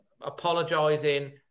apologising